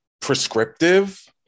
prescriptive